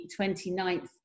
29th